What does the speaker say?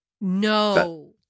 No